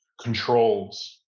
controls